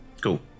Cool